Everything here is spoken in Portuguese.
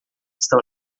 estão